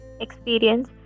experience